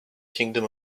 kingdom